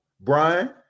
brian